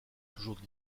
toujours